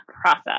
process